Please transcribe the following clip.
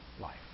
life